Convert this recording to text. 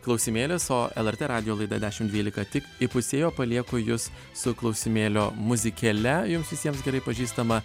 klausimėlis o lrt radijo laida dešimt dvylika tik įpusėjo palieku jus su klausimėlio muzikėle jums visiems gerai pažįstama